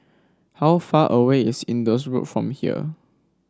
how far away is Indus Road from here